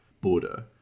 border